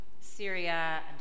Syria